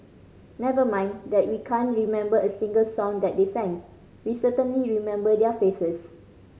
never mind that we can't remember a single song that they sang we certainly remember their faces